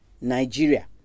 Nigeria